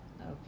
Okay